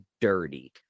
dirty